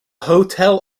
hotel